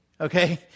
Okay